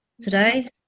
today